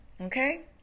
Okay